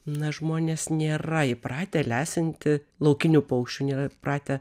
na žmonės nėra įpratę lesinti laukinių paukščių nėra pratę